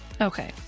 Okay